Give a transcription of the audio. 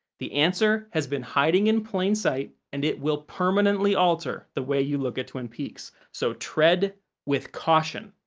the answer has been hiding in plain sight, and it will permanently alter the way you look at twin peaks, so tread with caution.